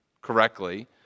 correctly